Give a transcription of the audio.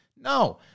No